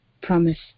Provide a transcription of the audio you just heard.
promised